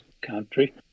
country